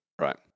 Right